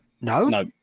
no